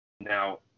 Now